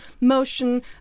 motion